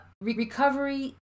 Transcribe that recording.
Recovery